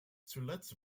zuletzt